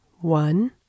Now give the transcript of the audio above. One